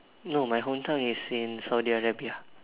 no my hometown is in Saudi-Arabia